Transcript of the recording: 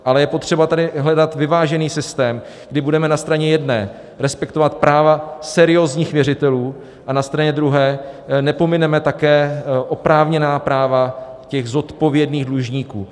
Ale je potřeba hledat vyvážený systém, kdy budeme na straně jedné respektovat práva seriózních věřitelů a na straně druhé nepomineme také oprávněná práva těch zodpovědných dlužníků.